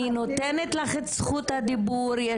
אני נותנת לך את זכות הדיבור,